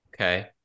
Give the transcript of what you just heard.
Okay